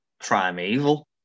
Primeval